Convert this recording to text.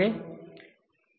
તે અહીં 800 આપવામાં આવે છે